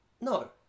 No